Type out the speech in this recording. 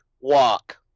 walk